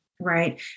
Right